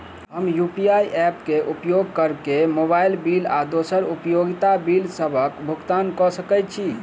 हम UPI app क उपयोग करके मोबाइल बिल आ दोसर उपयोगिता बिलसबक भुगतान कर सकइत छि